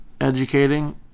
educating